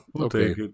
okay